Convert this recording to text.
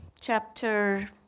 chapter